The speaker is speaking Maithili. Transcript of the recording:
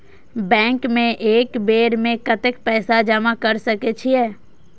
बैंक में एक बेर में कतेक पैसा जमा कर सके छीये?